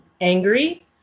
angry